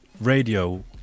radio